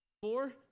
Four